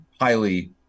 highly